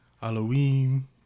Halloween